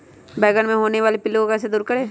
बैंगन मे होने वाले पिल्लू को कैसे दूर करें?